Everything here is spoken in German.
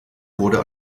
wurde